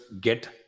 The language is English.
get